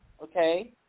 okay